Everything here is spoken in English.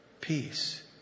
Peace